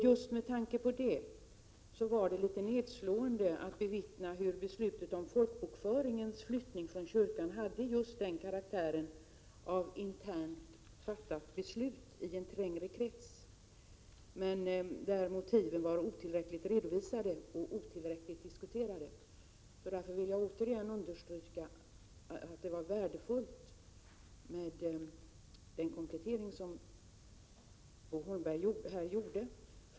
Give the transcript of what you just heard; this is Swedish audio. Just med tanke på detta var det litet nedslående att bevittna hur beslutet om folkbokföringens flyttning från kyrkan just hade karaktären av internt fattat beslut i en trängre krets, där motiven var otillräckligt redovisade och otillräckligt diskuterade. Därför vill jag igen understryka att det var värdefullt med den komplettering Bo Holmberg här gjorde.